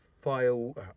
File